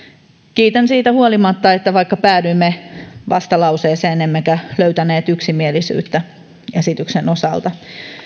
kiitän siitä huolimatta vaikka päädyimme vastalauseeseen emmekä löytäneet yksimielisyyttä esityksen osalta